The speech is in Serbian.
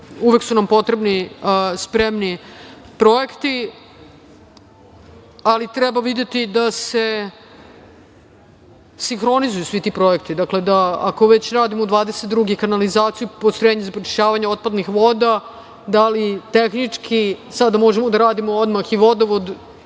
uvek potrebni spremni projekti, ali treba videti da se sinhronizuju svi ti projekti. Dakle, ako već radimo u 2022. godini kanalizaciju, postrojenja za prečišćavanje otpadnih voda, da li tehnički sada možemo odmah da radimo i vodovod